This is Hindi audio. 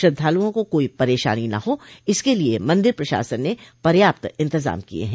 श्रद्धालुओं को कोई परेशानी न हो इसके लिये मंदिर प्रशासन ने पर्याप्त इंतजाम किये हैं